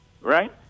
right